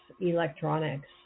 electronics